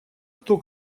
кто